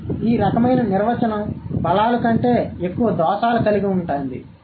కాబట్టి ఈ రకమైన నిర్వచనం బలాలు కంటే ఎక్కువ దోషాలు కలిగి ఉంటుంది